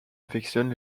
affectionne